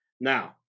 Now